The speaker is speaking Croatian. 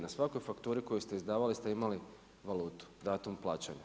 Na svakoj fakturi koju ste izdavali ste imali valutu, datum plaćanja.